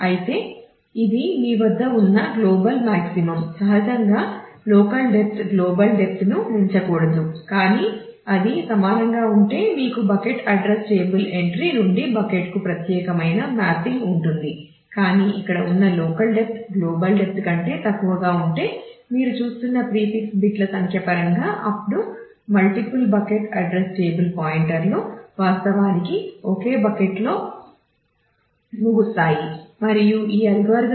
అయితే ఇది మీ వద్ద ఉన్న గ్లోబల్ మాక్సిమం ని కొనసాగించడం